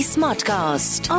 Smartcast